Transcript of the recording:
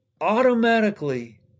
automatically